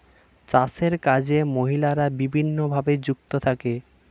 চাষের কাজে মহিলারা বিভিন্নভাবে যুক্ত থাকে